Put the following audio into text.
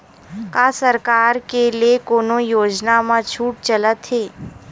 का सरकार के ले कोनो योजना म छुट चलत हे?